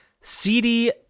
CD